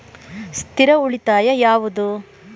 ಸ್ಥಿರ ಉಳಿತಾಯ ಯಾವುದು?